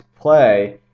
play